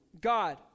God